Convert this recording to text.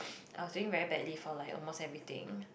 I was doing very badly for like almost everything